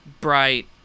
bright